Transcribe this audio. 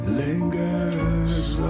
lingers